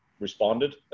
responded